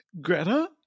Greta